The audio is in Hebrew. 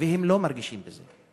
והם לא מרגישים בזה.